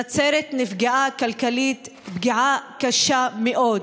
נצרת נפגעה כלכלית קשה מאוד,